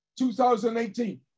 2018